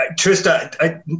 Trista